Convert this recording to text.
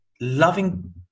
loving